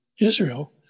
Israel